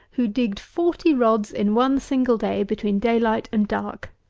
who digged forty rods in one single day, between daylight and dark.